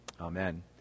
Amen